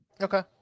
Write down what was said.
Okay